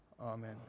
amen